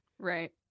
Right